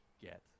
get